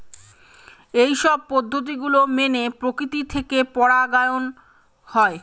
এইসব পদ্ধতি গুলো মেনে প্রকৃতি থেকে পরাগায়ন হয়